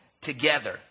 together